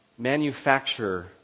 manufacture